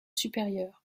supérieur